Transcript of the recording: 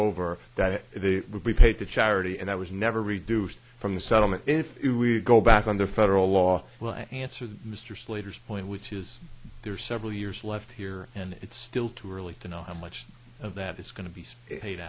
over that would be paid to charity and that was never reduced from the settlement if we go back on the federal law will answer mr slater's point which is there are several years left here and it's still too early to know how much of that is going to be spa